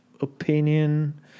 opinion